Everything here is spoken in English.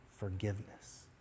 Forgiveness